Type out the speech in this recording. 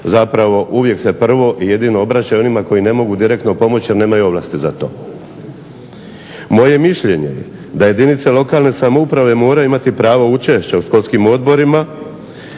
nastavu uvijek se prvo i jedino obraćaju onima koji ne mogu direktno pomoći jer nemaju ovlasti za to. Moje je mišljenje da jedinice lokalne samouprave moraju imati pravo učešća u školskim odborima,